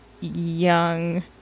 young